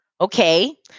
Okay